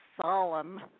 solemn